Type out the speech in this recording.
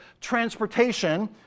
transportation